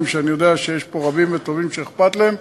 ואני יודע שיש פה רבים וטובים שאכפת להם,